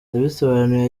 yabisobanuye